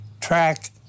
track